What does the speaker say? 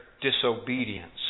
disobedience